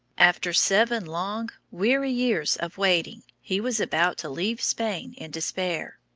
after seven long, weary years of waiting, he was about to leave spain in despair.